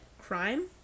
crime